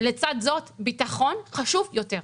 לצד זאת ביטחון חשוב יותר,